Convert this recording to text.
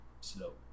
slow